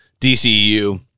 DCU